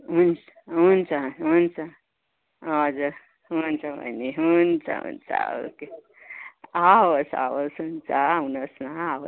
हुन्छ हुन्छ हुन्छ हजुर हुन्छ बहिनी हुन्छ हुन्छ ओके हवस् हवस् हुन्छ आउनु होस् न अब